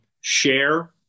share